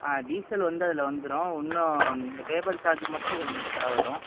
ஆ diesel வந்து அதில் வந்துவிடும் இன்னும் லேபர் சார்ஜ் மட்டும் கொஞ்சம் எக்ஸ்ட்ரா வரும்